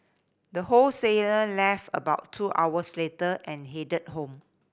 the wholesaler left about two hours later and headed home